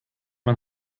man